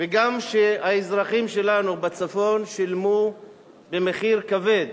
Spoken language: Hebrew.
וגם כשהאזרחים שלנו בצפון שילמו מחיר כבד